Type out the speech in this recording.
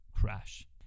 crash